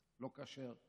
לא כשר,